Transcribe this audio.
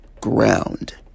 ground